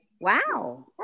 wow